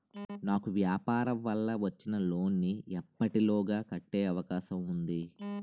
నాకు వ్యాపార వల్ల వచ్చిన లోన్ నీ ఎప్పటిలోగా కట్టే అవకాశం ఉంది?